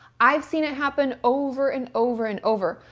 i've seen it happen over and over and over.